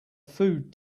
food